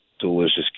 delicious